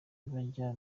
bajya